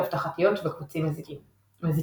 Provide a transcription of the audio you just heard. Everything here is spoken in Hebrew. אבטחתיות וקבצים מזיקים.